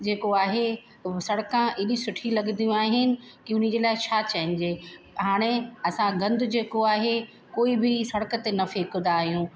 जेको आहे सड़का एॾी सुठी लॻंदियूं आहिनि की उनजे लाइ छा चइजे हाणे असां गंद जेको आहे कोई बि सड़क ते न फेकदा आहियूं